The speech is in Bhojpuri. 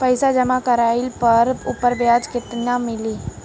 पइसा जमा कइले पर ऊपर ब्याज केतना मिली?